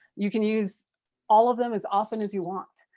you can use all of them as often as you want,